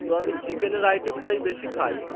তো আমি চিকেনের আইটেমটাই বেশি খাই